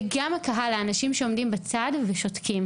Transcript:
וגם הקהל והאנשים שעומדים בצד ושותקים